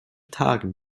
tagen